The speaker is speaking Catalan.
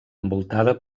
envoltada